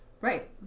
Right